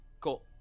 cool